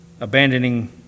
abandoning